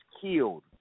killed